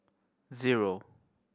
zero